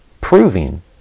proving